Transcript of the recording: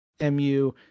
MU